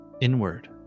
inward